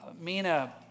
Mina